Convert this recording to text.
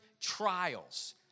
trials